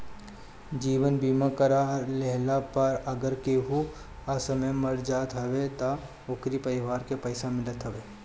जीवन बीमा करा लेहला पअ अगर केहू असमय मर जात हवे तअ ओकरी परिवार के पइसा मिलत हवे